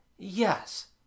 Yes